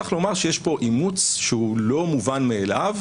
צריך לומר שיש כאן אימוץ שהוא לא מובן מאליו,